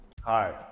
Hi